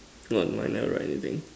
no I never write anything